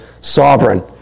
sovereign